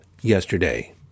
yesterday